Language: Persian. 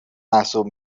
محسوب